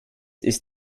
ist